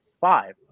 five